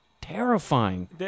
terrifying